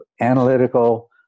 analytical